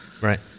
Right